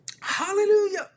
Hallelujah